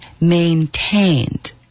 maintained